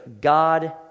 God